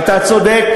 זוּ זה אשר.